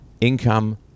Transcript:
income